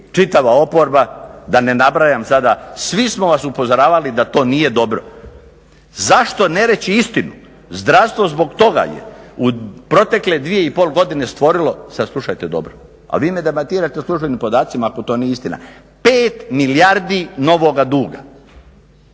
čitava oporba dane nabrajam sada svi smo vas upozoravali da to nije dobro. Zašto ne reći istinu? Zdravstvo je zbog toga u protekle 2,5 godine stvorilo, sada slušajte dobro, a vi me demantirajte u službenim podacima ako to nije istina, 5 milijardi novoga duga.